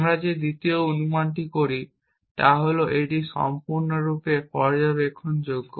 আমরা যে দ্বিতীয় অনুমানটি করি তা হল এটি সম্পূর্ণরূপে পর্যবেক্ষণযোগ্য